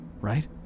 right